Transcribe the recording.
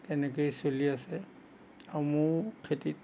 তেনেকৈয়ে চলি আছে আৰু মোৰ খেতিত